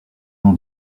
ans